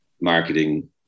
marketing